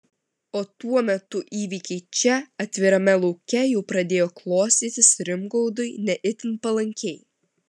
o tuo metu įvykiai čia atvirame lauke jau pradėjo klostytis rimgaudui ne itin palankiai